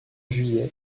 juillet